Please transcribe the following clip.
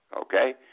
okay